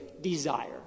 desire